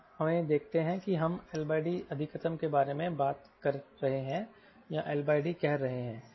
हमें देखते हैं कि हम L D अधिकतम के बारे में बात कर रहे हैं या L D कह रहे हैं